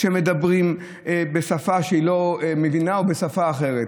שמדברים בשפה שהיא לא מבינה או בשפה אחרת.